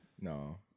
No